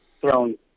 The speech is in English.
thrown